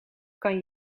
kan